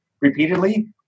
repeatedly